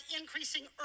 increasing